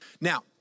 now